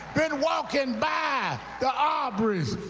been walking by the aubreys,